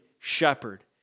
shepherd